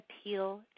appeal